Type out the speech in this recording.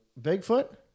Bigfoot